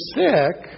sick